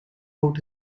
out